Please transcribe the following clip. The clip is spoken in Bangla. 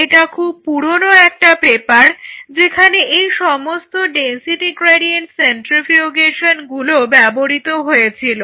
কারণ এটা খুব পুরনো পেপার যেখানে এই সমস্ত ডেনসিটি গ্রেডিয়েন্ড সেন্ট্রিফিউগেশনগুলো ব্যবহৃত হয়েছিল